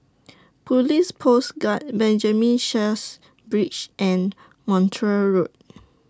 Police Post Guard Benjamin Sheares Bridge and Montreal Road